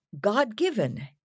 God-given